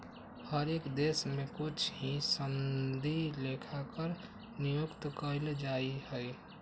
हर एक देश में कुछ ही सनदी लेखाकार नियुक्त कइल जा हई